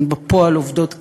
הן בפועל עובדות קבלן.